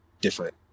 different